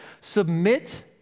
Submit